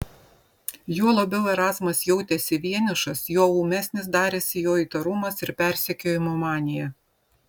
juo labiau erazmas jautėsi vienišas juo ūmesnis darėsi jo įtarumas ir persekiojimo manija